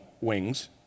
wings